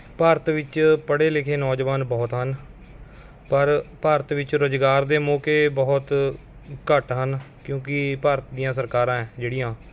ਭਾਰਤ ਵਿੱਚ ਪੜ੍ਹੇ ਲਿਖੇ ਨੌਜਵਾਨ ਬਹੁਤ ਹਨ ਪਰ ਭਾਰਤ ਵਿੱਚ ਰੁਜ਼ਗਾਰ ਦੇ ਮੌਕੇ ਬਹੁਤ ਘੱਟ ਹਨ ਕਿਉਂਕਿ ਭਾਰਤ ਦੀਆਂ ਸਰਕਾਰਾਂ ਜਿਹੜੀਆਂ